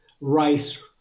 Rice